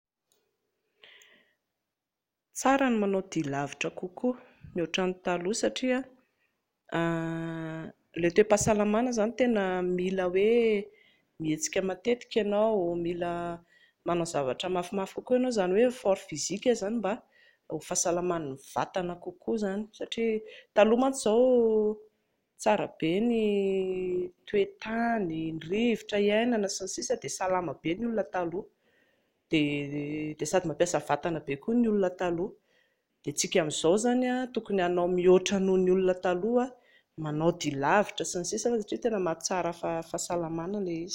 Tsara ny manao dia lavitra kokoa mihoatra ny taloha satria ilay toe-pahasalamana izany tena mila hoe mihetsika matetika ianao, mila manao zavatra mafimafy kokoa ianao izany hoe effort physique izany mba ho fahasalaman'ny vatana kokoa izany satria taloha mantsy izao tsara be ny toe-tany, ny rivotra hiainana, sy ny sisa dia salama be ny olona taloha dia sady mampiasa vatana be koa ny olona taloha, dia isika amin'izao izany tokony hanao mihoatra noho ny olona taloha, manao dia lavitra sns satria tena mahatsara fahasalamana ilay izy